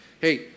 Hey